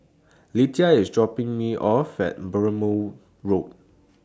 Letitia IS dropping Me off At Burmah Road